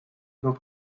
not